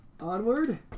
Onward